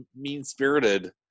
mean-spirited